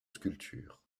sculptures